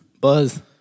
Buzz